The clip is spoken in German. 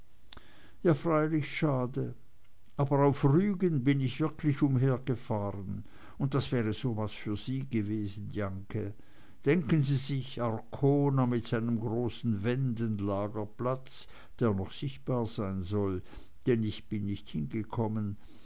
ja freilich schade aber auf rügen bin ich wirklich umhergefahren und das wäre so was für sie gewesen jahnke denken sie sich arkona mit einem großen wendenlagerplatz der noch sichtbar sein soll denn ich bin nicht hingekommen